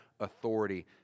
authority